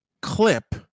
Clip